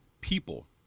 people